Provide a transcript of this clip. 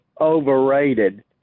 Overrated